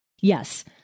Yes